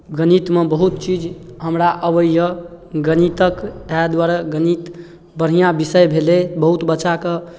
गणितमे बहुत चीज हमरा अबैए गणितक इएह दुआरे गणित बढ़िआँ विषय भेलै बहुत बच्चाके